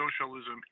socialism